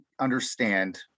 understand